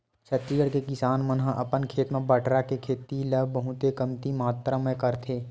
छत्तीसगढ़ के किसान मन ह अपन खेत म बटरा के खेती ल बहुते कमती मातरा म करथे